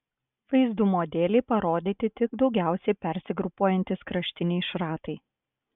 vaizdumo dėlei parodyti tik daugiausiai persigrupuojantys kraštiniai šratai